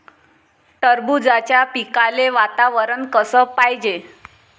टरबूजाच्या पिकाले वातावरन कस पायजे?